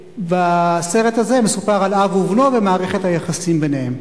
בסרט הזה מסופר על אב ובנו ומערכת היחסים ביניהם.